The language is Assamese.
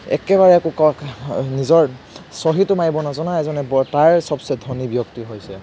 একেবাৰে কোকক নিজৰ চহীটো মাৰিব নজনা এজনে ব তাৰ চবচে ধনী ব্যক্তি হৈছে